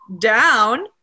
down